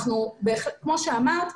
כמו שאמרת,